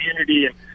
community